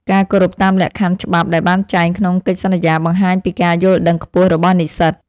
ការគោរពតាមលក្ខខណ្ឌច្បាប់ដែលបានចែងក្នុងកិច្ចសន្យាបង្ហាញពីការយល់ដឹងខ្ពស់របស់និស្សិត។